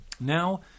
Now